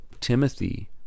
Timothy